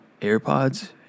AirPods